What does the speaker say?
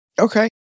Okay